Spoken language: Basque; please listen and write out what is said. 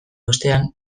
ostean